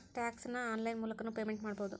tax ನ online ಮೂಲಕನೂ payment ಮಾಡಬೌದು